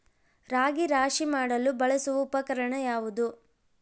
ರಾಗಿ ರಾಶಿ ಮಾಡಲು ಬಳಸುವ ಉಪಕರಣ ಯಾವುದು?